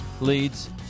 leads